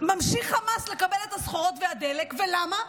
חמאס לקבל את הסחורות והדלק, ולמה?